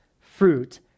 fruit